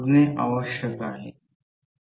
76 ampere turn per weber मिळेल